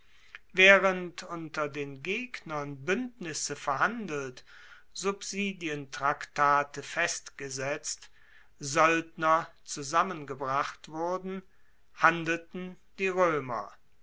waehrend unter den gegnern buendnisse verhandelt subsidientraktate festgesetzt soeldner zusammengebracht wurden handelten die roemer